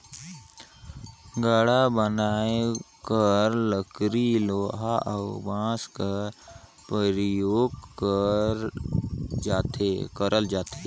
गाड़ा बनाए बर लकरी लोहा अउ बाँस कर परियोग करल जाथे